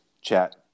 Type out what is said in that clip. chat